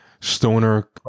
stoner